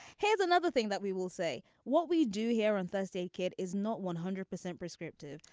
here's another thing that we will say what we do here on thursday kid is not one hundred percent prescriptive.